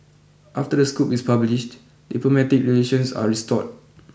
after the scoop is published diplomatic relations are restored